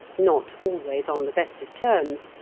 not always on the best of terms,